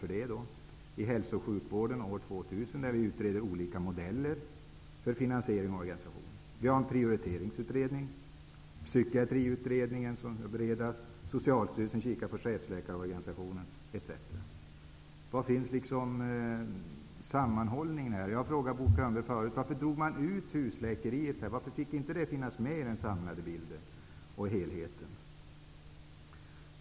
I den finns parlamentariker med. Jag tackar för det. Där utreds olika modeller för finansiering och organisation. Det finns en prioriteringsutredning, och Psykiatriutredningen skall beredas. Socialstyrelsen kikar på chefsläkarorganisationen etc. Var finns sammanhållningen? Jag har tidigare frågat Bo Könberg varför man drog ut husläkeriet, varför det inte fick finnas med i den samlade bilden och helheten.